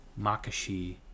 Makashi